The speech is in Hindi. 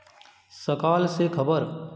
सकाल से ख़बर